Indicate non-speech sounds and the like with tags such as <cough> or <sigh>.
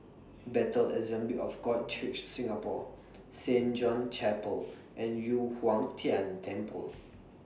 Bethel Assembly of God Church Singapore <noise> Saint John's Chapel <noise> and Yu Huang <noise> Tian Temple <noise>